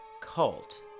cult